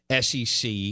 SEC